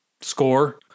score